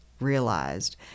realized